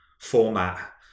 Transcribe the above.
format